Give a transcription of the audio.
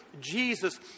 Jesus